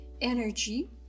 energy